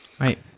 Right